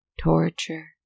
torture